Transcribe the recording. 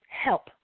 Help